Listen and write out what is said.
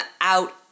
out